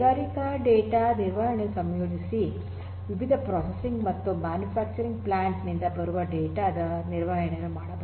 ಕೈಗಾರಿಕಾ ಡೇಟಾ ನಿರ್ವಹಣೆಯನ್ನು ಸಂಯೋಜಿಸಿ ವಿವಿಧ ಪ್ರೊಸೆಸಿಂಗ್ ಮತ್ತು ಮ್ಯಾನುಫ್ಯಾಕ್ಚರಿಂಗ್ ಪ್ಲಾಂಟ್ ನಿಂದ ಬಂದ ಡೇಟಾ ದ ನಿರ್ವಹಣೆಯನ್ನು ಮಾಡಬಹುದು